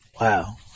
Wow